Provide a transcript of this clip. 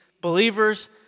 believers